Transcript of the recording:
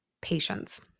patience